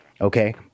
Okay